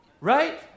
right